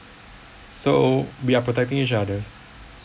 so we are protect each other